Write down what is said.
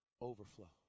Overflow